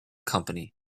company